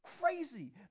crazy